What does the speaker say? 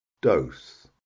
dose